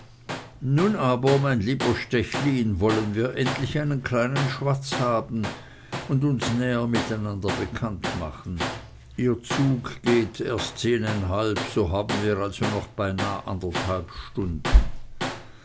nun aber mein lieber stechlin wollen wir endlich einen kleinen schwatz haben und uns näher miteinander bekannt machen ihr zug geht erst zehneinhalb wir haben also noch beinah anderthalb stunden